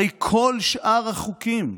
הרי כל שאר החוקים,